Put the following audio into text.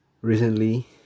recently